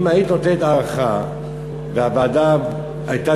אם היית נותנת הארכה והוועדה הייתה